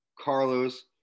Carlos